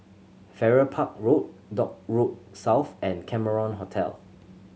Farrer Park Road Dock Road South and Cameron Hotel